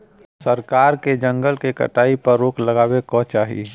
सरकार के जंगल के कटाई पर रोक लगावे क चाही